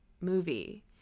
movie